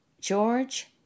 George